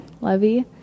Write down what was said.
Levy